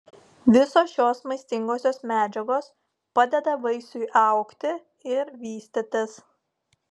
visos šios maistingosios medžiagos padeda vaisiui augti ir vystytis